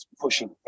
pushing